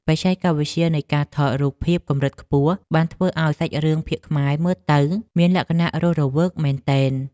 បច្ចេកវិទ្យានៃការថតរូបភាពកម្រិតខ្ពស់បានធ្វើឱ្យសាច់រឿងភាគខ្មែរមើលទៅមានលក្ខណៈរស់រវើកមែនទែន។